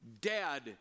dead